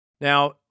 Now